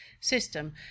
system